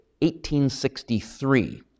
1863